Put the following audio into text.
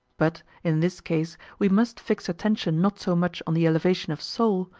but, in this case, we must fix attention not so much on the elevation of soul,